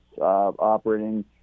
operating